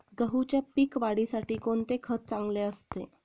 गहूच्या पीक वाढीसाठी कोणते खत चांगले असते?